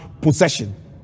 possession